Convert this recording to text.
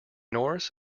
norse